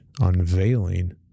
unveiling